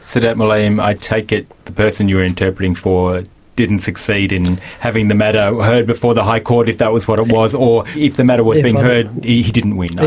sedat mulayim, i take it the person you were interpreting for didn't succeed in having the matter heard before the high court, if that was what it was, or if the matter was being heard he didn't win.